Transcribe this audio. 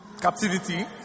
captivity